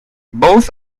both